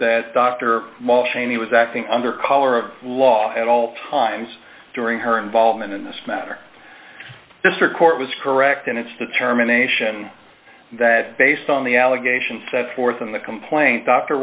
that dr mulvaney was acting under color of law at all times during her involvement in this matter district court was correct in its determination that based on the allegations set forth in the complaint dr